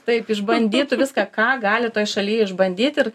taip išbandytų viską ką gali toj šaly išbandyt ir